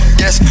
yes